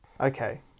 Okay